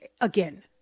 again